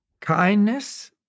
kindness